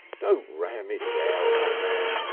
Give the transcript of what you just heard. don't ram it down, o' man,